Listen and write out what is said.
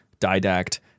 didact